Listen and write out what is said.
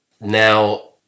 Now